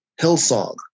Hillsong